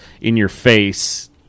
in-your-face